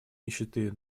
нищеты